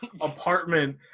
apartment